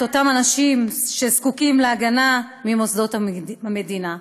את אותם אנשים שזקוקים להגנה ממוסדות המדינה.